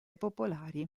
popolari